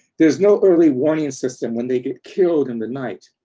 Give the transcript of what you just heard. there's no early warning system when they get killed in the night.